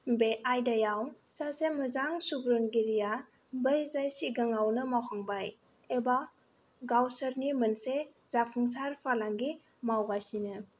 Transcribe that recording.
बे आयदायाव सासे मोजां सुबुरुनगिरिया बै जाय सिगाङावनो मावखांबाय एबा गावसोरनि मोनसे जाफुंसार फालांगि मावगासिनो